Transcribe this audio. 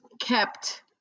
kept